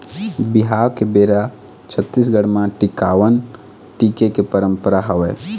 बिहाव के बेरा छत्तीसगढ़ म टिकावन टिके के पंरपरा हवय